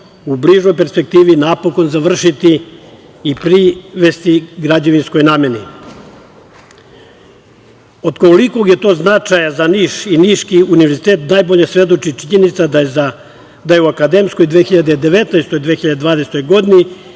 u bližoj perspektivi napokon završiti i privesti građevinskoj nameni. Od kolikog je to značaja za Niš i niški Univerzitet, najbolje svedoči činjenica da je u akademskoj 2019. – 2020. godini,